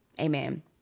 Amen